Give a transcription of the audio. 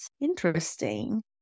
Interesting